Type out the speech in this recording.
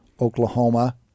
Oklahoma